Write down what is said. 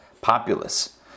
populace